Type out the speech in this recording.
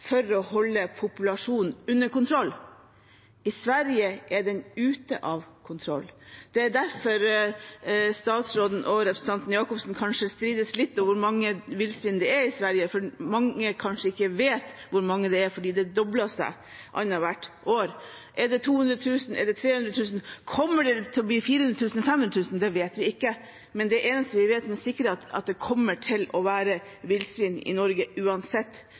for å holde populasjonen under kontroll. I Sverige er den ute av kontroll. Det er derfor statsråden og representanten Jacobsen kanskje strides litt om hvor mange villsvin det er i Sverige – man vet kanskje ikke hvor mange det er, fordi det dobler seg annethvert år. Er det 200 000, er det 300 000, kommer det til å bli 400 000 eller 500 000? Det vet vi ikke. Det eneste vi vet med sikkerhet, er at det kommer til å være villsvin i Norge uansett